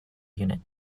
unit